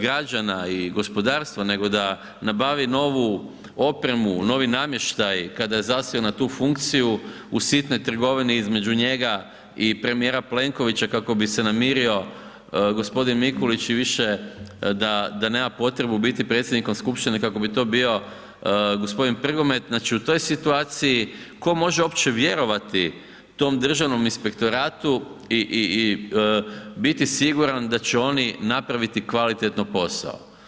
građana i gospodarstva nego da nabavi novu opremu, novi namještaj kada je zasjeo na tu funkciju u sitnoj trgovini između njega i premijera Plenkovića kako bi se namirio gospodin Mikulić i više da nema potrebu biti predsjednikom skupštine kako bi to bio gospodin Prgomet, znači u toj situaciji ko može uopće vjerovati tom Državnom inspektoratu i biti siguran da će oni napraviti kvalitetno posao.